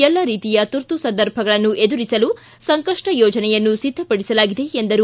ಎಲ್ಲ ರೀತಿಯ ತುರ್ತು ಸಂದರ್ಭಗಳನ್ನು ಎದುರಿಸಲು ಸಂಕಷ್ಟ ಯೋಜನೆಯನ್ನು ಸಿದ್ದಪಡಿಸಲಾಗಿದೆ ಎಂದರು